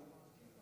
נא לסיים.